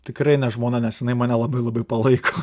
tikrai ne žmona nes jinai mane labai labai palaiko